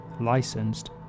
licensed